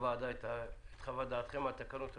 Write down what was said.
לוועדה, את חוות דעתכם על התקנות המתגבשות.